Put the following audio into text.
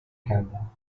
کندم